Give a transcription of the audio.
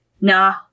Nah